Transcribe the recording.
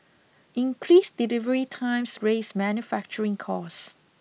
increased delivery times raise manufacturing costs